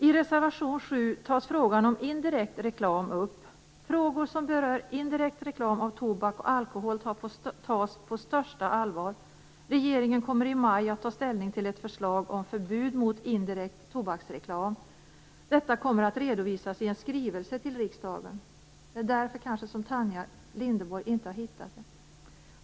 I reservation 7 tas frågan om indirekt reklam upp. Frågor som berör indirekt reklam av tobak och alkohol tas på största allvar. Regeringen kommer i maj att ta ställning till ett förslag om förbud mot indirekt tobaksreklam. Detta kommer att redovisas i en skrivelse till riksdagen. Det är kanske därför som Tanja Linderborg inte har kunnat finna det.